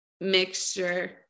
mixture